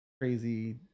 crazy